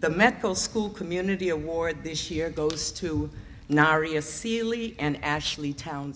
the medical school community award this year goes to nari osili and ashley town